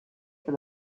for